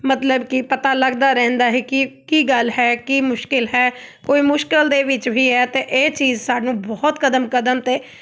ਮਤਲਬ ਕਿ ਪਤਾ ਲੱਗਦਾ ਰਹਿੰਦਾ ਹੈ ਕਿ ਕੀ ਗੱਲ ਹੈ ਕੀ ਮੁਸ਼ਕਿਲ ਹੈ ਕੋਈ ਮੁਸ਼ਕਿਲ ਦੇ ਵਿੱਚ ਵੀ ਹੈ ਅਤੇ ਇਹ ਚੀਜ਼ ਸਾਨੂੰ ਬਹੁਤ ਕਦਮ ਕਦਮ 'ਤੇ